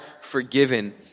forgiven